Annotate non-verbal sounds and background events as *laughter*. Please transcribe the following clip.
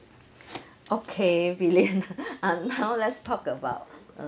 okay wei lian *breath* um now let's talk about uh